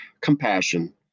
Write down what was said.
compassion